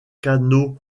canots